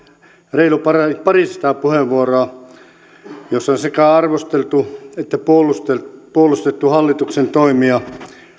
reilu parisataa puheenvuoroa joissa on sekä arvosteltu että puolustettu puolustettu hallituksen toimia